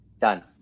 done